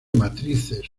matrices